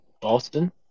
Boston